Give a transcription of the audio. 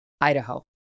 Idaho